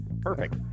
perfect